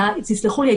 תסלחו לי,